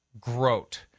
Grote